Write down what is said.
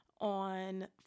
on